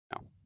No